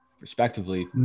Respectively